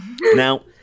Now